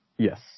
Yes